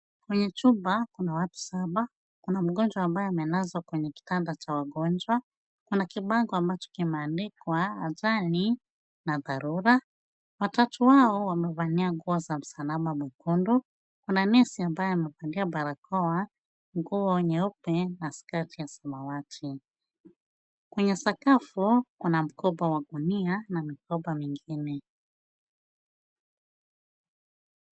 Kwenye chumba kuna watu saba. Kuna mgonjwa ambaye amelazwa kwenye kitanda cha wagonjwa. Kuna kibango ambacho kimeandikwa ajali na dharura. Watatu wao wamevalia nguo za msalaba mwekundu. Kuna nesi ambaye amevalia barakoa nguo nyeupe na sketi ya samawati. Kwenye sakafu kuna mkoba wa gunia na mikoba mingine.